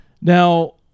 now